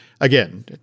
again